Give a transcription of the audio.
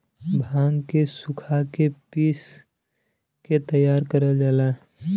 भांग के सुखा के पिस के तैयार करल जाला